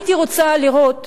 הייתי רוצה לראות